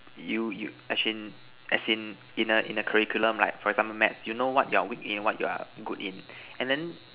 you you as in as in in a in a curriculum like for example maths you know what you're weak in what you're good in and then